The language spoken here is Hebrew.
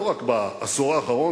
לא רק בעשור האחרון,